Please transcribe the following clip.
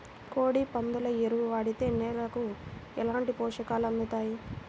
కోడి, పందుల ఎరువు వాడితే నేలకు ఎలాంటి పోషకాలు అందుతాయి